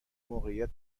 موقعیت